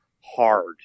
hard